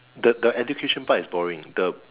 the the education part is boring the